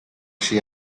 she